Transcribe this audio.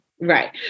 right